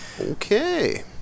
Okay